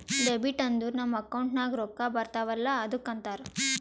debit ಅಂದುರ್ ನಮ್ account ನಾಗ್ ರೊಕ್ಕಾ ಬರ್ತಾವ ಅಲ್ಲ ಅದ್ದುಕ ಅಂತಾರ್